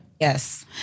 Yes